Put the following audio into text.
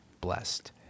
blessed